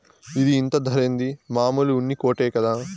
ఇది ఇంత ధరేంది, మామూలు ఉన్ని కోటే కదా